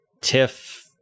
Tiff